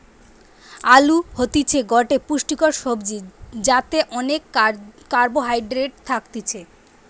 আলু হতিছে গটে পুষ্টিকর সবজি যাতে অনেক কার্বহাইড্রেট থাকতিছে